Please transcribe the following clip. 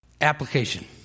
Application